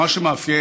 מה שמאפיין,